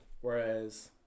whereas